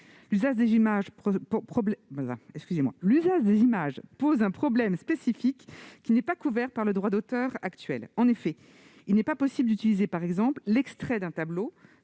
l'usage des images pose un problème spécifique qui n'est pas couvert par le droit d'auteur actuel. En effet, il n'est pas possible d'utiliser, par exemple, l'extrait d'un tableau